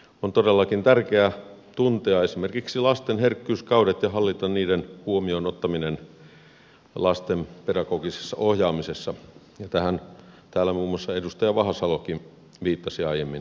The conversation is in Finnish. on todellakin tärkeää tuntea esimerkiksi lasten herkkyyskaudet ja hallita niiden huomioon ottaminen lasten pedagogisessa ohjaamisessa ja tähän täällä muun muassa edustaja vahasalokin viittasi aiemmin puheenvuorossaan